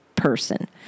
person